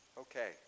Okay